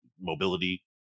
mobility